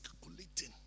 calculating